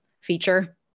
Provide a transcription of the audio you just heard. feature